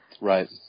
Right